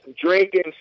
drinking